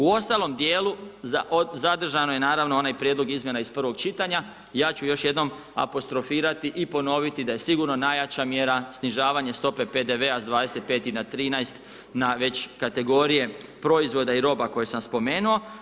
U ostalom dijelu zadržano je naravno onaj prijedlog izmjena iz prvog čitanja i ja ću još jednom apostrofirati i ponoviti da je sigurno najjača mjera snižavanja stope PDV-a s 25% na 13% na već kategorije proizvoda i roba koje sam spomenuo.